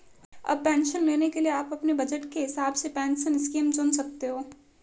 अब पेंशन लेने के लिए आप अपने बज़ट के हिसाब से पेंशन स्कीम चुन सकते हो